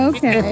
Okay